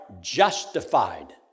justified